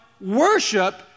worship